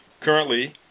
Currently